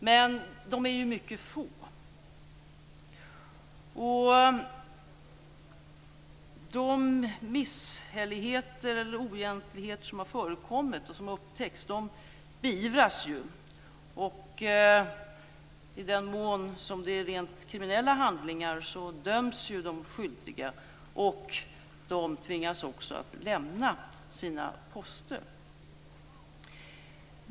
Men dessa är mycket få, och de misshälligheter och oegentligheter som har förekommit har också beivrats. I den mån som det rör sig om rent kriminella handlingar döms de skyldiga och tvingas också att lämna sina poster.